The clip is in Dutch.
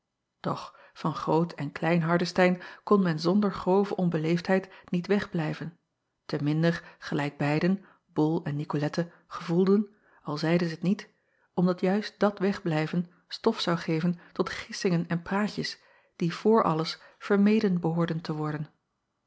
doch van root en lein ardestein kon men zonder grove onbeleefdheid niet wegblijven te minder gelijk beiden ol en icolette gevoelden al zeiden zij t niet omdat juist dat wegblijven stof zou geven tot gissingen en praatjes die voor alles vermeden behoorden te worden